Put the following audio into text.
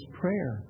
prayer